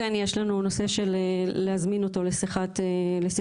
כן יש לנו נושא של להזמין אותו לשיחת בירור.